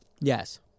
Yes